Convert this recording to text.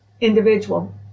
individual